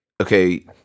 okay